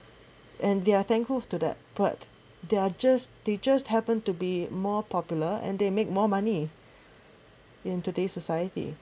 and they're thankful to that but they're just they just happened to be more popular and they make more money in today's society